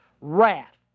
wrath